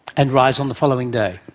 and rise on the following day.